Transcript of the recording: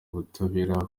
ubutabera